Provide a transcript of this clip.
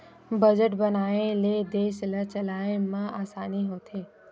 budget बनाए ले देस ल चलाए म असानी होथे